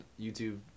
YouTube